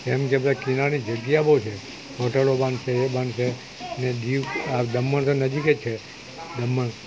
કેમકે ત્યાં ખીનાની જગ્યા બઉ છે હોટલો બાંધશે એ બાંધશે ને દીવ દમણ તો નજીક જ છે દમણ